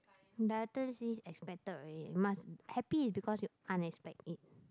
director's list expected already you must happy is because you unexpect it